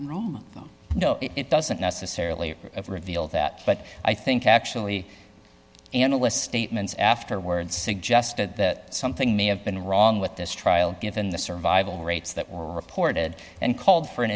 review room it doesn't necessarily reveal that but i think actually analysts statements afterwards suggest that something may have been wrong with this trial given the survival rates that were reported and called for an